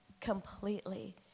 completely